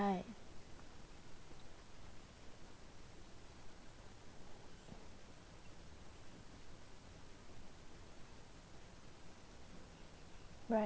right right